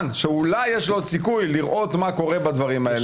שאולי יש לו עוד סיכוי לראות מה קורה בדברים האלה,